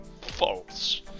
false